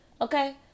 okay